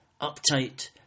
uptight